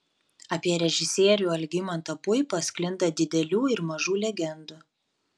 apie režisierių algimantą puipą sklinda didelių ir mažų legendų